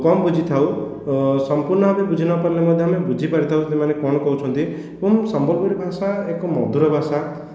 କମ୍ ବୁଝିଥାଉ ସମ୍ପୂର୍ଣ୍ଣ ଭାବେ ବୁଝି ନପାରିଲେ ମଧ୍ୟ ଆମେ ବୁଝିପାରିଥାଉ ସେମାନେ କ'ଣ କହୁଛନ୍ତି ଏବଂ ସମ୍ବଲପୁରୀ ଭାଷା ଏକ ମଧୁର ଭାଷା